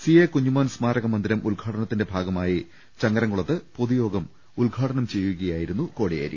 C A Kunjumon സ്മാരകമന്ദിരം ഉദ്ഘാടനത്തിന്റെ ഭാഗമായി ചങ്ങരംകുളത്ത് പൊതുയോഗം ഉദ്ഘാടനം ചെയ്യുകയായിരുന്നു കോടിയേരി